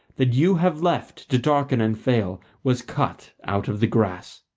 that you have left to darken and fail, was cut out of the grass.